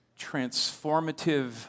transformative